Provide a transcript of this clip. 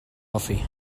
hoffi